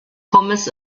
pommes